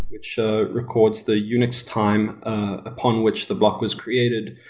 which ah records the unix time upon which the block was created,